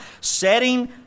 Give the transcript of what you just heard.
setting